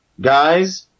Guys